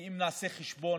כי אם נעשה חשבון,